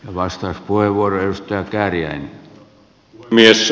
arvoisa herra puhemies